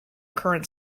current